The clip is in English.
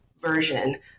version